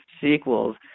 sequels